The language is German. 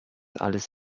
alles